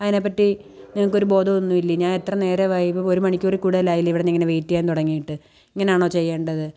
അതിനെപ്പറ്റി നിങ്ങൾക്കൊരു ബോധം ഒന്നും ഇല്ലേ ഞാൻ എത്ര നേരമായി ഇപ്പോൾ ഒരു മണിക്കൂറിൽ കൂടുതലായില്ലേ ഇവടുന്നിങ്ങനെ വെയിറ്റ് ചെയ്യാൻ തുടങ്ങിയിട്ട് ഇങ്ങനെയാണോ ചെയ്യേണ്ടത്